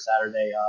Saturday